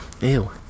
Ew